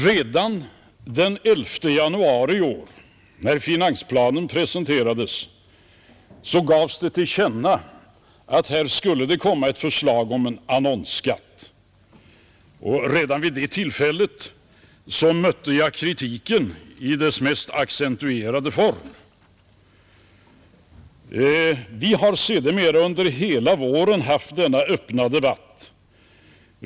Redan den 11 januari i år när finansplanen presenterades gavs till känna att här skulle komma ett förslag om annonsskatt. Redan vid det tillfället mötte jag kritiken i dess mest accentuerade form. Vi har sedermera under hela våren haft denna öppna debatt.